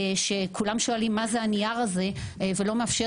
שכולם שואלים מה זה הנייר הזה ולא מאפשר